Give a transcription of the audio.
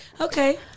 Okay